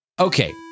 Okay